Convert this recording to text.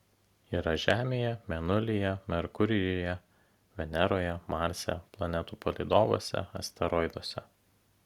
yra žemėje mėnulyje merkurijuje veneroje marse planetų palydovuose asteroiduose